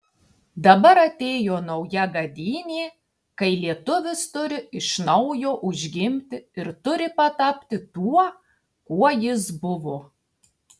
dabar atėjo nauja gadynė kai lietuvis turi iš naujo užgimti ir turi patapti tuo kuo jis buvo